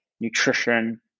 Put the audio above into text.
nutrition